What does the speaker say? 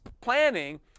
planning